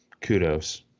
kudos